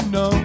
no